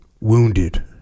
wounded